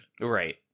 Right